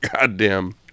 goddamn